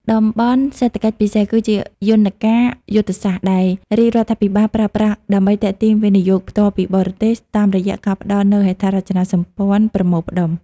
តំបន់សេដ្ឋកិច្ចពិសេស គឺជាយន្តការយុទ្ធសាស្ត្រដែលរាជរដ្ឋាភិបាលប្រើប្រាស់ដើម្បីទាក់ទាញ វិនិយោគផ្ទាល់ពីបរទេស តាមរយៈការផ្ដល់នូវហេដ្ឋារចនាសម្ព័ន្ធប្រមូលផ្ដុំ។